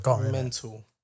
Mental